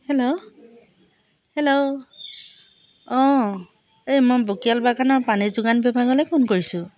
hello hello অঁ মই বকিয়াল বাগানৰ পানী যোগান বিভাগলৈ ফোন কৰিছোঁ